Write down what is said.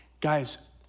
Guys